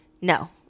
no